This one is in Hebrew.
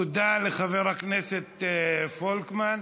תודה לחבר הכנסת פולקמן.